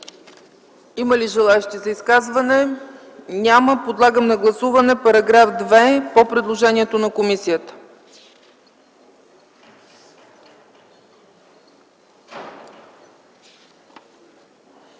Има ли желаещи за изказвания? Няма. Подлагам на гласуване § 12, съгласно предложението на комисията.